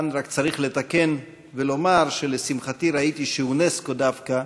כאן רק צריך לתקן ולומר שלשמחתי ראיתי שאונסק"ו דווקא